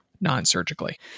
non-surgically